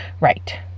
Right